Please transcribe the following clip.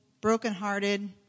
brokenhearted